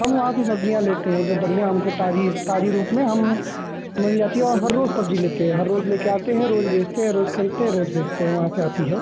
हम वहाँ की सब्ज़ियाँ लेते हैं जो बढ़िया हमको ताज़ी ताज़ी रूप में हम मिल जाती है और हर रोज़ सब्ज़ी लेते हैं हर रोज़ ले कर आते है रोज़ बेचते हैं रोज़ खरीदते हैं रोज़ बेचते है वहाँ से आती है